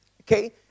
okay